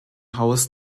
haus